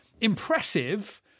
impressive